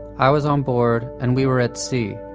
i was on board, and we were at sea.